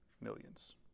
millions